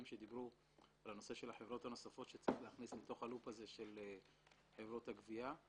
שדיברו על חברות נוספות שצריך להכניס לתוך ה-loop הזה של חברות הגבייה,